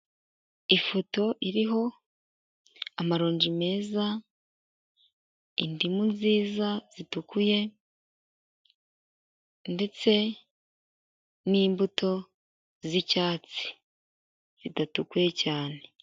Ifoto iriho amaronji meza, indimu nziza zitukuye ndetse n'imbuto z'icyatsi zidatukuye cyane.